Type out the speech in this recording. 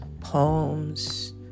poems